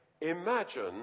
imagine